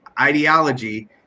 ideology